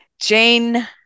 Jane